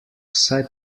saj